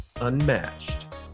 Unmatched